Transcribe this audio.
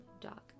dog